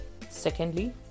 Secondly